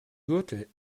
gürtel